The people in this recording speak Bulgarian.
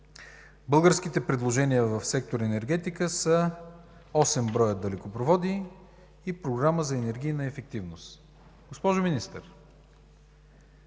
Българските предложения в сектор „Енергетика” са 8 броя далекопроводи и Програма за енергийна ефективност. Госпожо Министър,